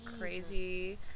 crazy